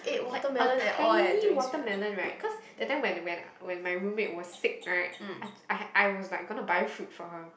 like a tiny watermelon right cause that time when when when my roommate was sick right I had I I was like gonna buy fruit for her